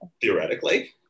theoretically